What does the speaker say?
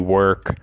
work